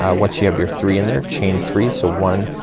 ah once you have your three in there chain three. so one,